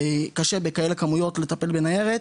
קשה בכאלה כמויות לטפל בניירת.